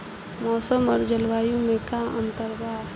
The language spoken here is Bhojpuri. मौसम और जलवायु में का अंतर बा?